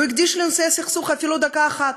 לא הקדיש לנושא הסכסוך אפילו דקה אחת.